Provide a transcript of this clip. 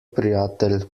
prijatelj